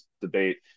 debate